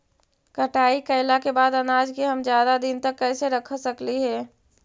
कटाई कैला के बाद अनाज के हम ज्यादा दिन तक कैसे रख सकली हे?